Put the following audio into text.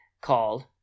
called